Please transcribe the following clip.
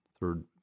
third